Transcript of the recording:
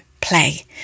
play